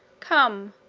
come,